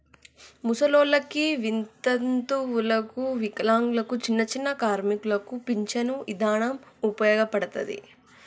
ముసలోల్లకి, వితంతువులకు, వికలాంగులకు, చిన్నచిన్న కార్మికులకు పించను ఇదానం ఉపయోగపడతది